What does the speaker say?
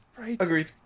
Agreed